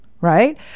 right